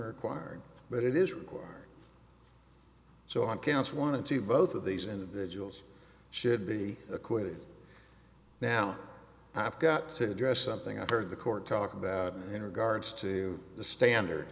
choir but it is required so on counts want to see both of these individuals should be acquitted now i've got to address something i heard the court talk about in regards to the standard